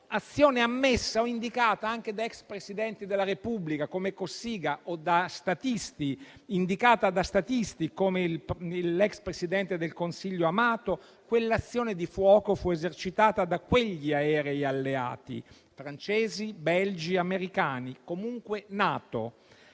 azione ammessa o indicata anche da ex Presidenti della Repubblica, come Cossiga, o indicata da statisti come l'ex presidente del Consiglio Amato. Quell'azione di fuoco fu esercitata da quegli aerei alleati, francesi, belgi e americani, comunque NATO;